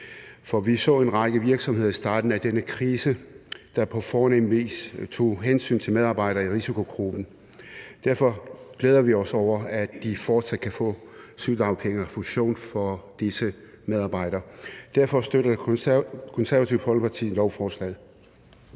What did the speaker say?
for vi så en række virksomheder i starten af denne krise, der er på fornem vis tog hensyn til medarbejdere i risikogruppen. Derfor glæder vi os over, at de fortsat kan få sygedagpengerefusion for disse medarbejdere. Derfor støtter Det Konservative Folkeparti lovforslaget.